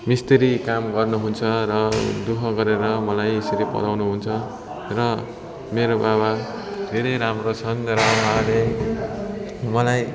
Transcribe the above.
मिस्त्री काम गर्नुहुन्छ र दुःख गरेर मलाई यसरी पढाउनुहुन्छ र मेरो बाबा धेरै राम्रो छन् र उहाँले मलाई